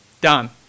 done